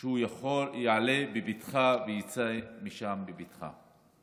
שהוא יעלה בבטחה ויצא משם בבטחה.